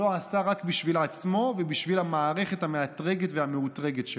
עשה רק בשביל עצמו ובשביל המערכת המאתרגת והמאותרגת שלו.